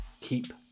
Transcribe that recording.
Keep